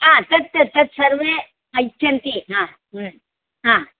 हा तत् तत्सर्वे इच्छन्ति हा हा